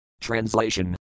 Translation